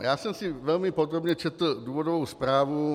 Já jsem si velmi podrobně četl důvodovou zprávu.